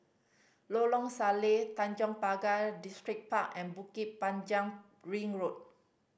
Lorong Salleh Tanjong Pagar Distripark and Bukit Panjang Ring Road